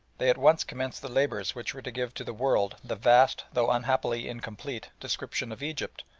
they at once commenced the labours which were to give to the world the vast, though unhappily incomplete, description of egypt,